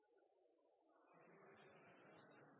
Takk for